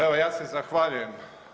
Evo ja se zahvaljujem.